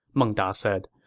meng da said.